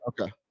Okay